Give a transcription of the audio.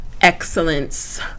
excellence